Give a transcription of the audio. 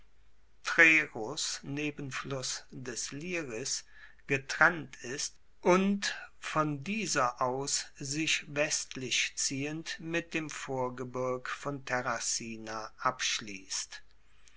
nebenfluss des liris getrennt ist und von dieser aus sich westlich ziehend mit dem vorgebirg von terracina abschliesst